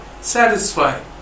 satisfied